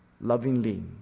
lovingly